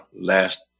last